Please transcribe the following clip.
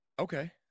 Okay